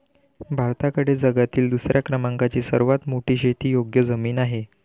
भारताकडे जगातील दुसऱ्या क्रमांकाची सर्वात मोठी शेतीयोग्य जमीन आहे